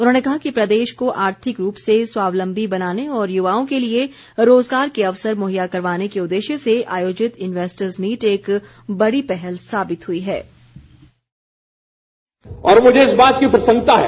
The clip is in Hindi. उन्होंने कहा कि प्रदेश को आर्थिक रूप से स्वावलम्बी बनाने और युवाओं के लिए रोजगार के अवसर मुहैया करवाने के उद्देश्य से आयोजित इन्वेस्टर्स मीट एक बड़ी पहल साबित हुई है